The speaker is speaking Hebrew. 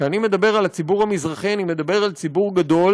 כשאני מדבר על הציבור המזרחי אני מדבר על ציבור גדול